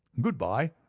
good-bye.